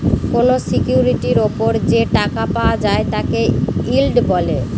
কোনো সিকিউরিটির ওপর যে টাকা পাওয়া যায় তাকে ইল্ড বলে